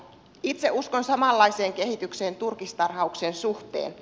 itse uskon samanlaiseen kehitykseen turkistarhauksen suhteen